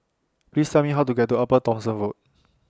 Please Tell Me How to get to Upper Thomson Road